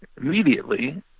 immediately